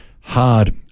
hard